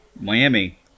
Miami